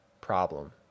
problem